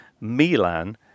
Milan